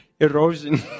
erosion